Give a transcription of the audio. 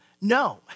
No